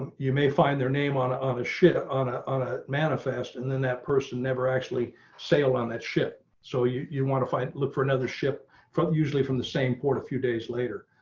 you may find their name on on a ship on ah on a manifest and then that person never actually sale on that ship. so you you want to find look for another ship from usually from the same port. a few days later.